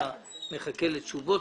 חכה לתשובות.